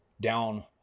down